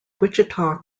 wichita